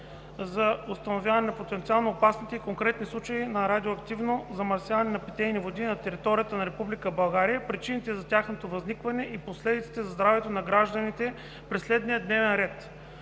за установяване на потенциално опасните и конкретни случаи на радиоактивно замърсяване на питейни води на територията на Република България, причините за тяхното възникване и последиците за здравето на гражданите при следния дневен ред: